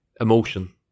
emotion